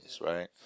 right